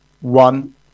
one